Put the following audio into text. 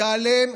ייעלם,